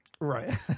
Right